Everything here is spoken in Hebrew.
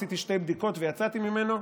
עשיתי שתי בדיקות ויצאתי ממנו,